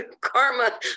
karma